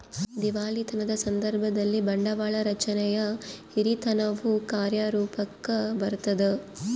ದಿವಾಳಿತನದ ಸಂದರ್ಭದಲ್ಲಿ, ಬಂಡವಾಳ ರಚನೆಯ ಹಿರಿತನವು ಕಾರ್ಯರೂಪುಕ್ಕ ಬರತದ